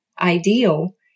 ideal